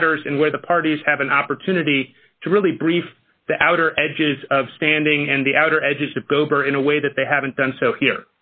matters and where the parties have an opportunity to really brief the outer edges of standing and the outer edges of gober in a way that they haven't done so here